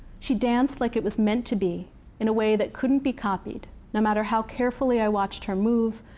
she danced like it was meant to be in a way that couldn't be copied, no matter how carefully i watched her move,